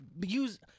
use